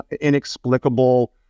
inexplicable